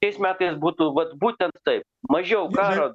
šiais metais būtų vat būtent taip mažiau karo